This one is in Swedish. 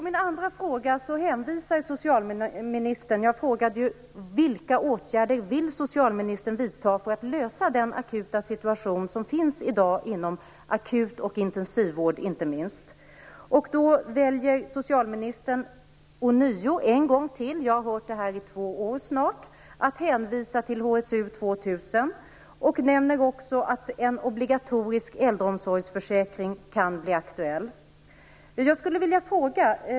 Den andra frågan jag ställde var ju: Vilka åtgärder vill socialministern vidta för att lösa den akuta situation som finns i dag, inte minst inom akut och intensivvård? Då väljer socialministern en gång till - jag har hört detta i snart två år - att hänvisa till HSU 2000 och nämner också att en obligatorisk äldreomsorgsförsäkring kan bli aktuell.